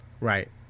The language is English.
Right